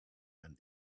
and